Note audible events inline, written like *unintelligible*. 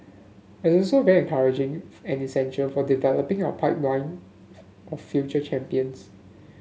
*unintelligible* this is very encouraging and essential for developing our pipeline of future champions